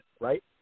right